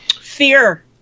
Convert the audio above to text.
Fear